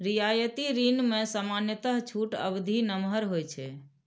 रियायती ऋण मे सामान्यतः छूट अवधि नमहर होइ छै